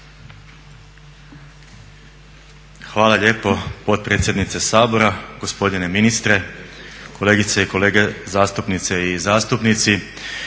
Hvala lijepo potpredsjednice Sabora, gospodine ministre, kolegice i kolege zastupnice i zastupnici.